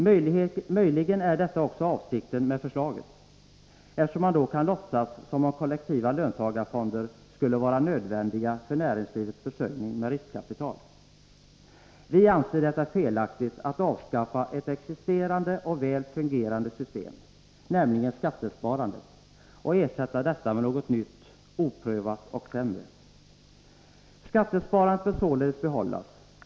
Möjligen är detta också avsikten med förslaget, eftersom man då kan låtsas som om kollektiva löntagarfonder skulle vara nödvändiga för näringslivets försörjning med riskkapital. Vi anser att det är felaktigt att avskaffa ett existerande och väl fungerande system, nämligen skattesparandet, och ersätta det med något nytt, oprövat och sämre. Skattesparandet bör således behållas.